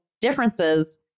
differences